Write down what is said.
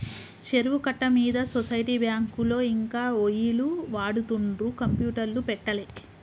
చెరువు కట్ట మీద సొసైటీ బ్యాంకులో ఇంకా ఒయ్యిలు వాడుతుండ్రు కంప్యూటర్లు పెట్టలే